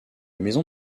maison